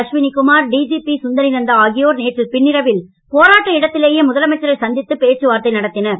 Ashwini Kumar DGP Sundari Nanda ஆகியோர் நேற்று பின்னிரவில் போராட்ட இடத்திலேயே முதலமைச்சரை சந்தித்துப் பேச்சுவார்த்தை நடத்தினர்